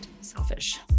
selfish